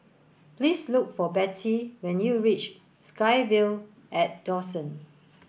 please look for Betty when you reach SkyVille at Dawson